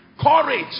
courage